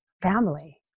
family